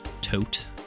Tote